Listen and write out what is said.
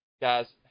Guys